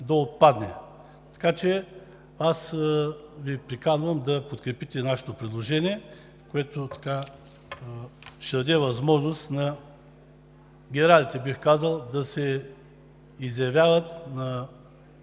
отпадне. Аз Ви приканвам да подкрепите нашето предложение, което ще даде възможност на генералите да се изявяват на